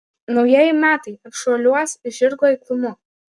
naujieji metai atšuoliuos žirgo eiklumu